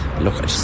look